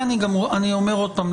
אני אומר עוד פעם,